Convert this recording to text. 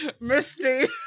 Misty